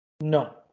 No